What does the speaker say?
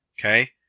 Okay